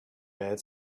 bed